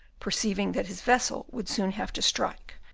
perceiving that his vessel would soon have to strike,